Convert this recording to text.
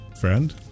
friend